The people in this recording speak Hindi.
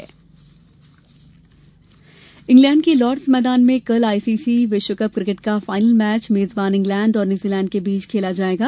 विश्व कप किकेट इंग्लैंड के लार्डस मैदान में कल आईसीसी विश्व कप किकेट का फायनल मैच मेजबान इंग्लैड और न्यूजीलैंड के बीच खेला जाएगा